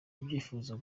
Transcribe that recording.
ibyifuzo